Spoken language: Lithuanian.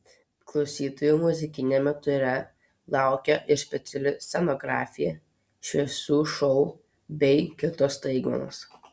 klausytojų muzikiniame ture laukia ir speciali scenografija šviesų šou bei kitos staigmenos